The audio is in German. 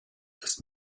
ist